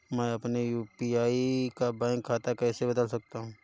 मैं अपने यू.पी.आई का बैंक खाता कैसे बदल सकता हूँ?